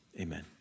Amen